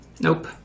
Nope